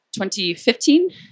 2015